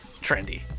trendy